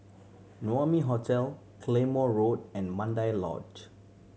Naumi Hotel Claymore Road and Mandai Lodge